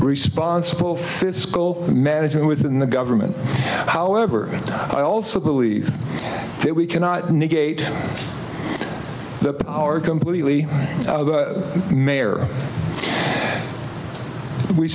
responsible fits management within the government however i also believe that we cannot negate the power completely mayor we